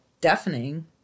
deafening